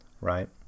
right